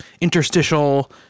interstitial